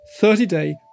30-day